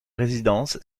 résidence